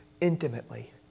intimately